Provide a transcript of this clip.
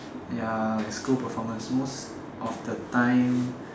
ya school performance most of the time